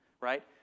right